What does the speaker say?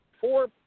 four